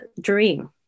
dream